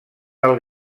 del